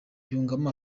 yungamo